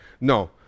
no